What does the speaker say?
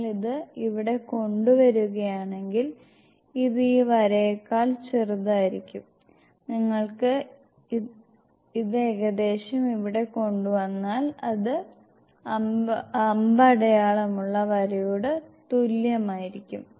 നിങ്ങൾ ഇത് ഇവിടെ കൊണ്ടുവരുകയാണെങ്കിൽ ഇത് ഈ വരയേക്കാൾ ചെറുതായിരിക്കും നിങ്ങൾ ഇത് ഏകദേശം ഇവിടെ കൊണ്ടുവന്നാൽ അത് അമ്പടയാളമുള്ള വരയോട് തുല്യമായിരിക്കും